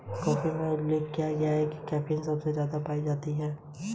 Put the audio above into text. भूमि अभिलेख एक सरकारी दस्तावेज होता है जिसमें भूमि का मानचित्र बना होता है